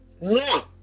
No